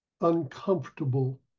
uncomfortable